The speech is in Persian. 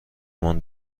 مان